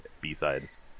b-sides